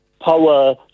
Power